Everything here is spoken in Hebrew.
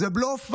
זה בלוף,